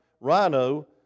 Rhino